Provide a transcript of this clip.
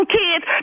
kids